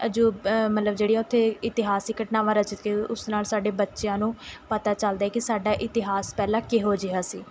ਅਜੂਬ ਮਤਲਬ ਜਿਹੜੀਆਂ ਉੱਥੇ ਇਤਿਹਾਸਕ ਘਟਨਾਵਾਂ ਰਚਿਤ ਕੇ ਉਸ ਨਾਲ਼ ਸਾਡੇ ਬੱਚਿਆਂ ਨੂੰ ਪਤਾ ਚੱਲਦਾ ਹੈ ਕਿ ਸਾਡਾ ਇਤਿਹਾਸ ਪਹਿਲਾਂ ਕਿਹੋ ਜਿਹਾ ਸੀ